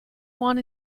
want